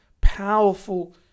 powerful